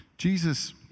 Jesus